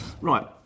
Right